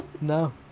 No